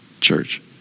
church